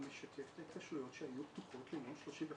זה משקף את ההתקשרויות שהיו פתוחות ליום 31,